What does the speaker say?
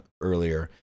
earlier